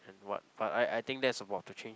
what but I I think that's about to change